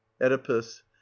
Oedipus